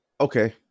okay